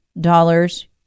dollars